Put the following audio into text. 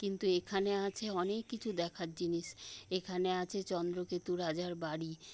কিন্তু এখানে আছে অনেক কিছু দেখার জিনিস এখানে আছে চন্দ্রকেতু রাজার বাড়ি